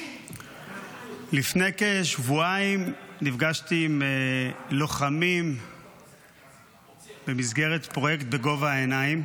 לפני כשבועיים נפגשתי עם לוחמים במסגרת פרויקט בגובה העיניים.